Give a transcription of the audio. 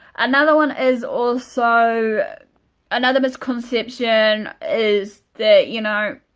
another one is also another misconception is that you know